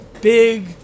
big